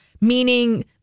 meaning